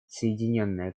соединенное